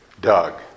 Doug